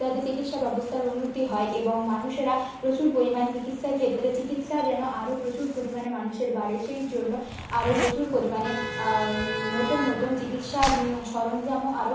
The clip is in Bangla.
যাতে চিকিৎসা ব্যবস্থার উন্নতি হয় এবং মানুষেরা প্রচুর পরিমাণে চিকিৎসা ক্ষেত্রে চিকিৎসা যেন আরও প্রচুর পরিমাণে মানুষের বাড়ে সেই জন্য আরও প্রচুর পরিমাণে নতুন নতুন চিকিৎসার সরঞ্জামও আরও